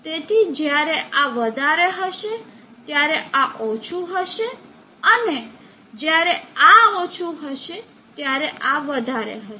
તેથી જ્યારે આ વધારે હશે ત્યારે આ ઓછું હશે અને જ્યારે આ ઓછું હશે ત્યારે આ વધારે હશે